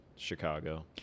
Chicago